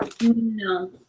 No